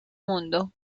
mundo